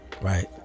right